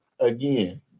Again